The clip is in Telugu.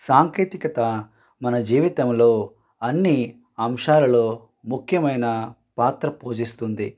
సాంకేతికత మన జీవితంలో అన్నీ అంశాలలో ముఖ్యమైన పాత్ర పోషిస్తుంది